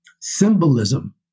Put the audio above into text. symbolism